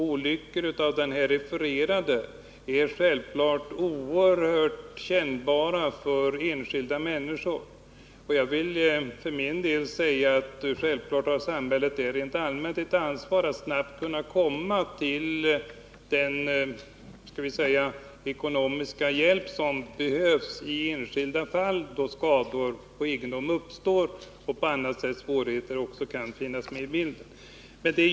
Olyckor av den här refererade typen är självfallet oerhört kännbara för enskilda människor, och jag vill för min del säga att samhället givetvis rent allmänt har ett ansvar för att snabbt kunna åstadkomma den ekonomiska hjälp som behövs i enskilda fall. då skador på egendom uppstår och även andra svårigheter kan finnas med i bilden.